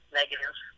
negative